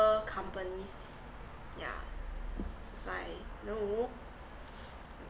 companies yeah that's why no